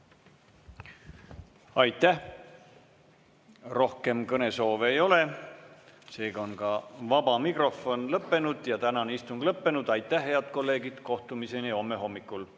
Aitäh! Rohkem kõnesoove ei ole. Seega on ka vaba mikrofon lõppenud ja tänane istung on lõppenud. Aitäh, head kolleegid! Kohtumiseni homme hommikul!